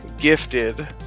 gifted